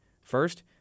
First